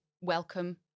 welcome